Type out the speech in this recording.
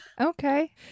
Okay